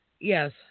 Yes